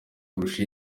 kurusha